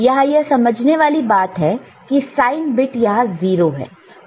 यहां यह समझने वाली बात है कि साइन बिट यहां 0 है